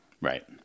Right